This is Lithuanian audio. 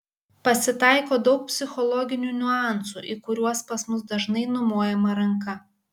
pasitaiko daug psichologinių niuansų į kuriuos pas mus dažnai numojama ranka